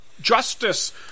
justice